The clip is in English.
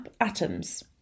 atoms